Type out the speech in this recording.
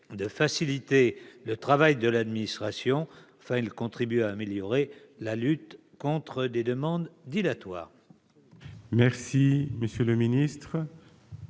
de faciliter le travail de l'administration. Enfin, il contribue à améliorer la lutte contre des demandes dilatoires.